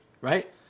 right